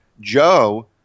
Joe